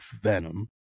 Venom